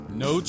no